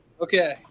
Okay